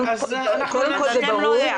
קודם כל זה ברור,